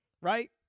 right